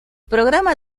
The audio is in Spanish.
programa